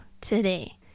today